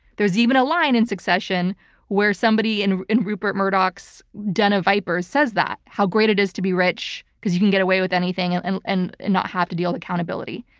there's even a line in succession where somebody in in rupert murdoch's den of vipers says that, how great it is to be rich because you can get away with anything and and and not have to deal with accountability.